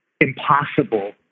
impossible